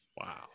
wow